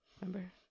Remember